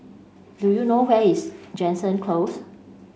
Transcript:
do you know where is Jansen Close